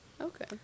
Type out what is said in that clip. Okay